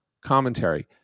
commentary